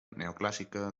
neoclàssica